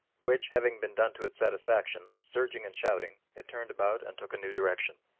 which having been done to its satisfaction, surging and shouting it turned about and took a new direction.